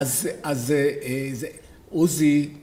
‫אז זה אז זה, א... זה עוזי.